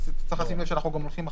צריך לשים לב שאנחנו גם הולכים אחורה,